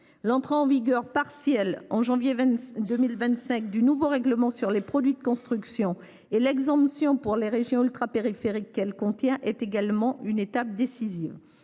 l’entrée en vigueur partielle du nouveau règlement sur les produits de construction et l’exemption pour les régions ultrapériphériques qu’il contient est également une étape décisive.